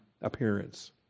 appearance